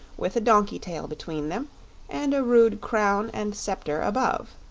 with a donkey tail between them and a rude crown and sceptre above.